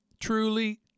Truly